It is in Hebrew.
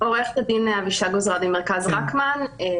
אין כוח הדרכה יעיל שיכול לבוא ולעקוב: הנה,